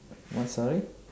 what sorry